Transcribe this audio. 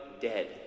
dead